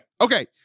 Okay